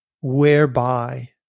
whereby